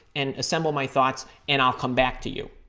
and assemble my thoughts, and i'll come back to you.